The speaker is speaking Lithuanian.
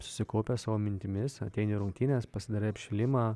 susikaupęs savo mintimis ateini į rungtynes pasidarai apšilimą